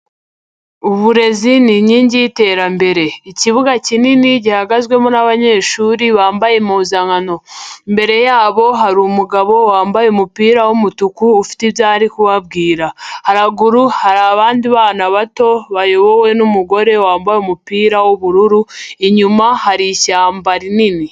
Uburezi ni inkingi y'iterambere. Ikibuga kinini gihagazwemo n'abanyeshuri bambaye impuzankano. Imbere yabo hari umugabo wambaye umupira w'umutuku ufite ibyo ari kubabwira. Haraguru hari abandi bana bato bayobowe n'umugore wambaye umupira w'ubururu, inyuma hari ishyamba rinini.